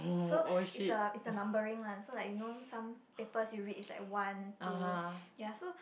so is the is the numbering one so like you know some papers you read is like one two ya so